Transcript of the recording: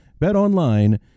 BetOnline